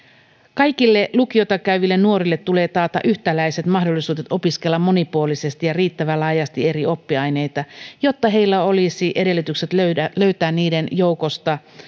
kaikille lukiota käyville nuorille tulee taata yhtäläiset mahdollisuudet opiskella monipuolisesti ja riittävän laajasti eri oppiaineita jotta heillä olisi edellytykset löytää löytää niiden joukosta